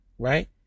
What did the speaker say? Right